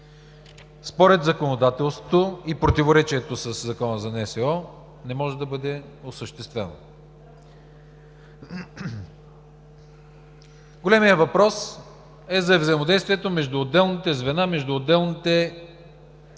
според законодателството и противоречието със Закона за НСО не може да бъде осъществено. Големият въпрос е за взаимодействието между отделните звена, между отделните служби